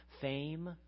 Fame